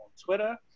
Twitter